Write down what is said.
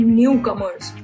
newcomers